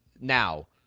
Now